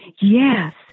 Yes